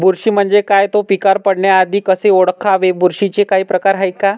बुरशी म्हणजे काय? तो पिकावर पडण्याआधी कसे ओळखावे? बुरशीचे काही प्रकार आहेत का?